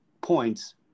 points